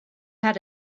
had